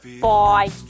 Bye